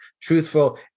truthful